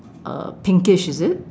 uh pinkish is it